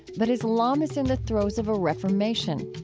but islam is in the throes of a reformation,